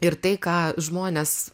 ir tai ką žmonės